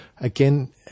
again